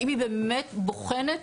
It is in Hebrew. האם היא באמת בוחנת